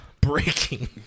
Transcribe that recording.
Breaking